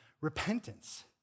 repentance